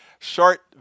Short